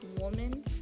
woman